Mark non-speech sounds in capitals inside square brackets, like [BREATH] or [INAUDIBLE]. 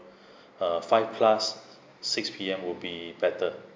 [BREATH] uh five plus six P_M will be better